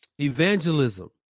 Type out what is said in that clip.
evangelism